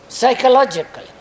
Psychologically